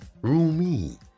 Rumi